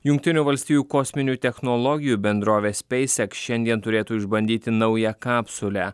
jungtinių valstijų kosminių technologijų bendrovė speisek šiandien turėtų išbandyti naują kapsulę